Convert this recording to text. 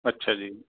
ਅੱਛਾ ਜੀ